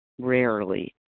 rarely